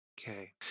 Okay